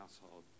household